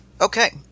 Okay